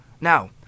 now